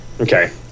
Okay